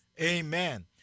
amen